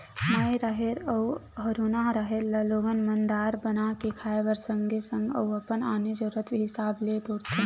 माई राहेर अउ हरूना राहेर ल लोगन मन दार बना के खाय बर सगे संग अउ अपन आने जरुरत हिसाब ले बउरथे